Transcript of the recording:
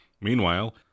Meanwhile